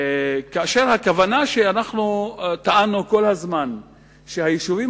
כאשר אנחנו טענו כל הזמן שהכוונה שהיישובים